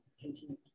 continue